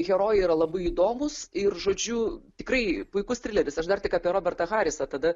herojai yra labai įdomūs ir žodžiu tikrai puikus trileris aš dar tik apie robertą harisą tada